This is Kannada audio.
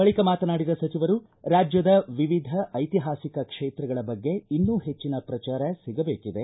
ಬಳಿಕ ಮಾತನಾಡಿದ ಸಚಿವರು ರಾಜ್ಯದ ವಿವಿಧ ಐತಿಹಾಸಿಕ ಕ್ಷೇತ್ರಗಳ ಬಗ್ಗೆ ಇನ್ನೂ ಹೆಚ್ಚಿನ ಪ್ರಚಾರ ಸಿಗಬೇಕಿದೆ